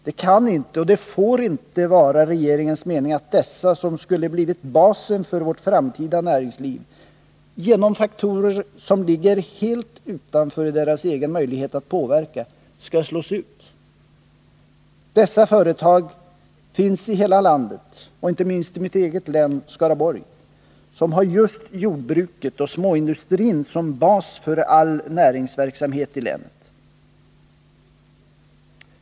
Det kan inte och får inte vara regeringens mening att dessa företag som skulle ha blivit basen för vårt framtida näringsliv på grund av faktorer som ligger helt utanför deras egen möjlighet att påverka skall slås ut. Dessa företag finns i hela landet och inte minst i mitt eget län, Skaraborg, som har just jordbruket och småindustrin som bas för all näringsverksamhet i länet.